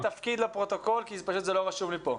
תאמר לפרוטוקול את התפקיד, כי זה לא רשום פה.